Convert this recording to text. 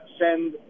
send